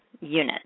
unit